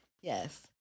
Yes